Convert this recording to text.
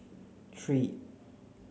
three